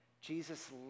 Jesus